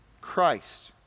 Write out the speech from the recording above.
Christ